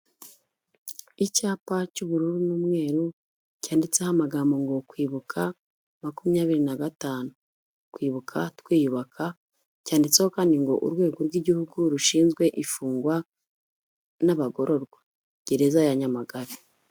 Icyapa cy'ubururu n'umweru cyanditseho amagambo ngo kwibuka makumyabiri na gatanu, twibuka twiyubaka cyanitseho kandi ngo urwego rw'igihugu rushinzwe imfungwa n'abagororwa gereza ya Nyamagabe.